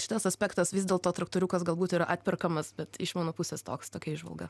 šitas aspektas vis dėlto traktoriukas galbūt yra atperkamas bet iš mano pusės toks tokia įžvalga